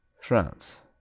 France